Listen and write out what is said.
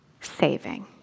saving